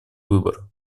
выбор